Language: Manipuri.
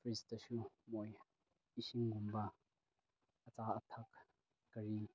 ꯐ꯭ꯔꯤꯁꯇꯁꯨ ꯃꯣꯏ ꯏꯁꯤꯡꯒꯨꯝꯕ ꯑꯆꯥ ꯑꯊꯛ ꯀꯔꯤ